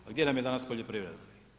A gdje nam je danas poljoprivreda?